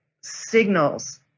signals